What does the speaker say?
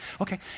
Okay